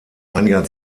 einiger